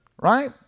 Right